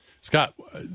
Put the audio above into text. Scott